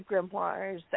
grimoires